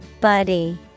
Buddy